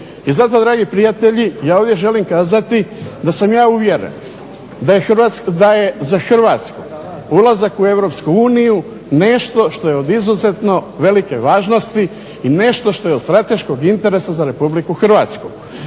I zato dragi prijatelji ovdje želim kazati da sam ja uvjeren da je za Hrvatsku ulazak u EU nešto što je od izuzetno velike važnosti i nešto što je od strateškog interesa za RH. Također evo